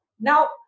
Now